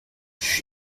suis